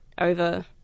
over